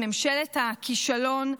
את ממשלת הכישלון,